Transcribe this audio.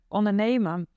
ondernemen